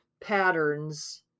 patterns